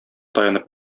таянып